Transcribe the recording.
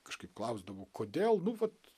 kažkaip klausdavau kodėl nu vat